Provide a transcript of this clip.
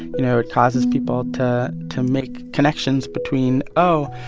you know, it causes people to to make connections between, oh,